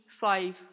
Five